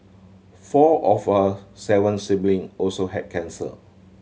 four of her seven sibling also had cancer